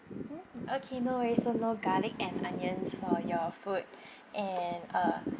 mm okay no worry so no garlic and onions for your food and uh